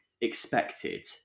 expected